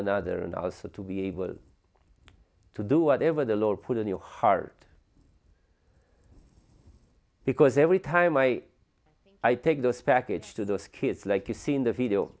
another and also to be able to do whatever the lord put in your heart because every time i i take those package to those kids like you seen the v